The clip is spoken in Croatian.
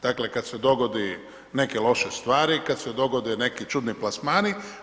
Dakle kada se dogode neke loše stvari, kada se dogode neki čudni plasmani.